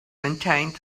maintained